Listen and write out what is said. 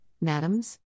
madams